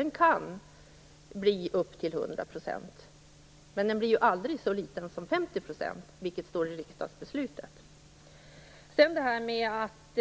Den kan bli upp till 100 %, men den blir aldrig så liten som Statsrådet säger att